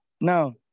Now